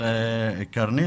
אבל כרמית,